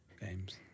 games